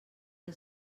que